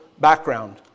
background